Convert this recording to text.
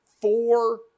four